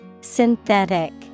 Synthetic